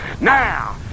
now